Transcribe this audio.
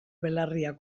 belarriak